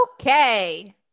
okay